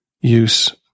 use